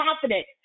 confident